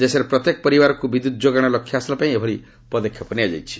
ଦେଶରେ ପ୍ରତ୍ୟେକ ପରିବାରକୁ ବିଦ୍ୟୁତ ଯୋଗାଣ ଲକ୍ଷ୍ୟ ହାସଲ ପାଇଁ ଏଭଳି ପଦକ୍ଷେପ ନିଆଯାଇଛି